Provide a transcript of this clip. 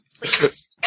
please